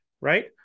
right